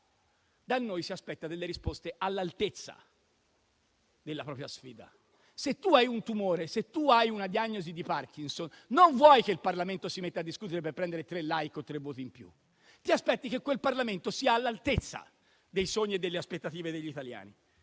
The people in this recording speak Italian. da noi si aspetta risposte all'altezza della propria sfida. Se tu hai un tumore o una diagnosi di Parkinson, non vuoi che il Parlamento si metta a discutere per prendere tre *like* o tre voti in più; ti aspetti che quel Parlamento sia all'altezza dei sogni e delle aspettative degli italiani.